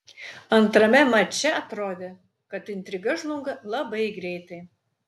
antrame mače atrodė kad intriga žlunga labai greitai